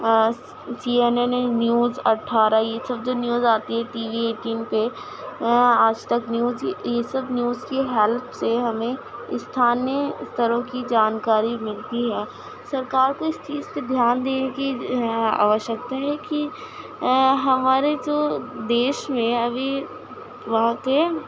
سی N N N news اٹھارہ یہ سب جو نیوز آتی ہے ٹی وی ایٹین پہ آج تک نیوز یہ سب نیوز کی ہیلپ سے ہمیں استھانیہ استروں کی جان کاری ملتی ہے سرکار کو اس چیز پہ دھیان دینے کی اوشکتا ہے کہ ہمارے جو دیش میں ابھی واقعے